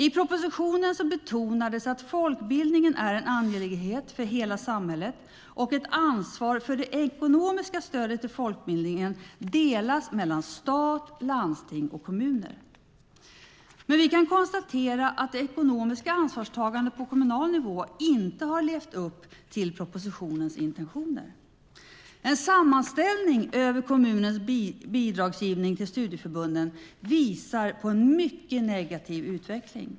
I propositionen betonades att folkbildningen är en angelägenhet för hela samhället och att ansvaret för det ekonomiska stödet till folkbildningen delas mellan stat, landsting och kommuner. Vi kan konstatera att det ekonomiska ansvarstagandet på kommunal nivå inte har levt upp till propositionens intentioner. En sammanställning över kommunernas bidragsgivning till studieförbunden visar på en mycket negativ utveckling.